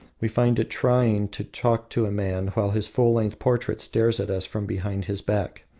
we find it trying to talk to a man while his full-length portrait stares at us from behind his back.